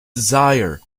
desire